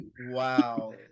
Wow